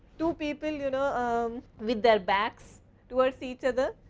two people, you know um with their backs towards each other.